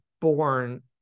born